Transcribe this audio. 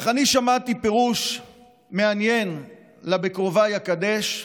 אך אני שמעתי פירוש מעניין ל"בקרבי אקדש",